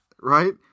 Right